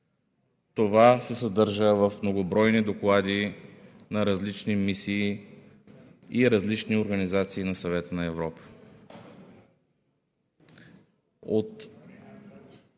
това се съдържа в многобройни доклади на различни мисии и различни организации на Съвета на Европа.